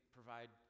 provide